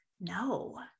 no